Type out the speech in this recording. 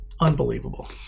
Unbelievable